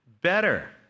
better